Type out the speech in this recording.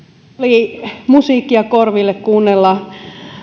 oli musiikkia korville kuunnella